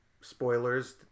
spoilers